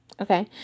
okay